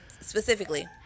Specifically